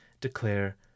declare